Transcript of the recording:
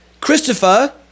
Christopher